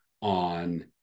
on